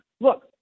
Look